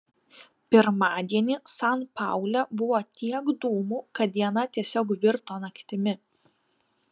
pirmadienį san paule buvo tiek dūmų kad diena tiesiog virto naktimi